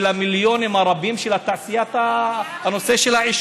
על המיליונים הרבים של תעשיית העישון.